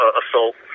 assault